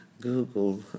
Google